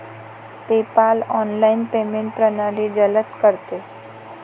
PayPal online payment प्रणाली जलद करते